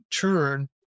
turn